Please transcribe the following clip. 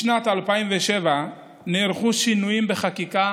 משנת 2007 נערכו שינויים בחקיקה